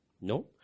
No